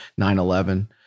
9-11